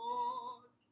Lord